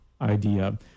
idea